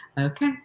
Okay